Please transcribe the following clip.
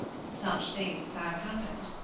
such things have happened.